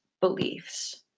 beliefs